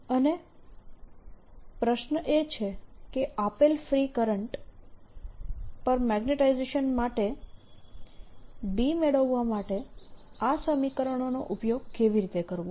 અને પ્રશ્ન એ છે કે આપેલ ફ્રી કરંટ મેગ્નેટાઇઝેશન માટે B મેળવવા માટે આ સમીકરણોનો ઉપયોગ કેવી રીતે કરવો